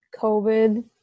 COVID